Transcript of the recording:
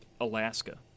Alaska